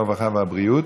הרווחה והבריאות.